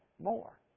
more